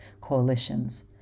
coalitions